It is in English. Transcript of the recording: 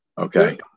Okay